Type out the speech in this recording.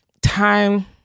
time